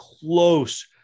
close